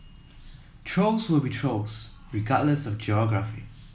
trolls will be trolls regardless of geography